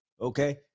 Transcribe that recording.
Okay